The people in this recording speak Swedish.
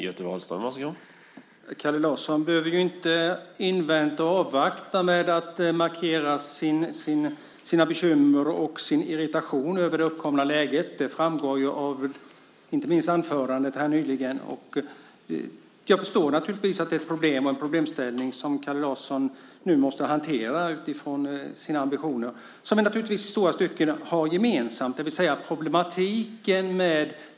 Herr talman! Kalle Larsson behöver inte invänta eller avvakta med att markera sina bekymmer och sin irritation över det uppkomna läget. Det framgick inte minst av hans anförande nyligen. Jag förstår naturligtvis att det är ett problem som Kalle Larsson måste hantera utifrån sina ambitioner. De är i stora stycken gemensamma med våra.